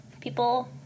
people